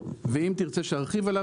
ואם תרצה שאני ארחיב עליו